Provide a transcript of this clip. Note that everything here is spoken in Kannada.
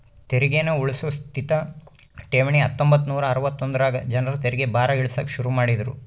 ತೆರಿಗೇನ ಉಳ್ಸೋ ಸ್ಥಿತ ಠೇವಣಿ ಹತ್ತೊಂಬತ್ ನೂರಾ ಅರವತ್ತೊಂದರಾಗ ಜನರ ತೆರಿಗೆ ಭಾರ ಇಳಿಸಾಕ ಶುರು ಮಾಡಿದ್ರು